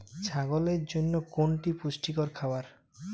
ছাগলের জন্য কোনটি পুষ্টিকর খাবার?